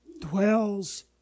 dwells